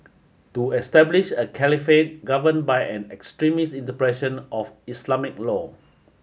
to establish a caliphate governed by an extremist of Islamic law